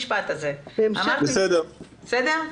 בסדר?